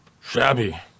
Shabby